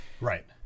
right